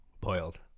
Boiled